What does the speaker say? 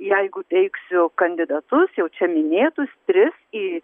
jeigu teiksiu kandidatus jau čia minėtus tris į